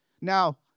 Now